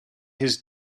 his